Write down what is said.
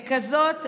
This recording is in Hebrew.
ככזאת,